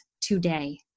today